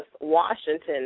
Washington